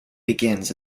begins